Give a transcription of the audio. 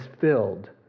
filled